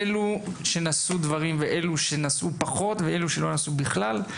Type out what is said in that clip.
אלו שנשאו דברים ואלו שנשאו פחות ואלו שלא נשאו בכלל,